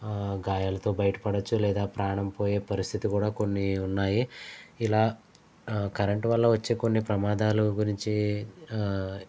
గాయాలతో బయటపడచ్చు లేదా ప్రాణం పోయే పరిస్థితి కూడా కొన్ని ఉన్నాయి ఇలా కరెంట్ వల్ల వచ్చే కొన్ని ప్రమాదాలు గురించి